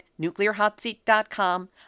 nuclearhotseat.com